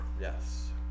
Yes